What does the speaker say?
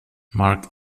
marc